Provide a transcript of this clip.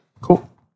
Cool